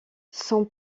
son